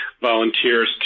volunteers